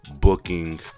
booking